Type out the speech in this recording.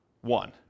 one